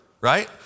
right